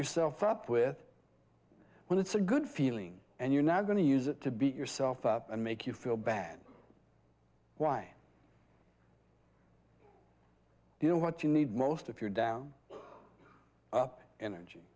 yourself up with when it's a good feeling and you're not going to use it to beat yourself up and make you feel bad why you know what you need most if you're down up and energy